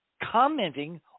commenting